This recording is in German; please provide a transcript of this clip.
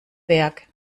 werk